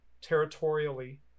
territorially